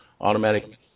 automatic